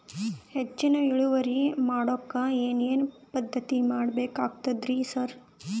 ಹೆಚ್ಚಿನ್ ಇಳುವರಿ ಮಾಡೋಕ್ ಏನ್ ಏನ್ ಪದ್ಧತಿ ಮಾಡಬೇಕಾಗ್ತದ್ರಿ ಸರ್?